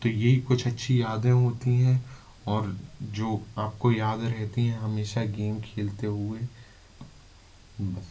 तो यही कुछ अच्छी यादें होती हैं और जो आपको याद रहती हैं हमेशा गेम खेलते हुए बस